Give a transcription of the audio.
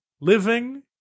living